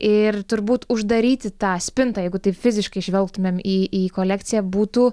ir turbūt uždaryti tą spintą jeigu taip fiziškai žvelgtumėm į į kolekciją būtų